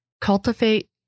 cultivate